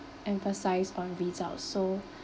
emphasise on result so